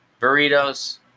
burritos